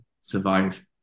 survive